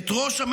מה זה הדבר הזה?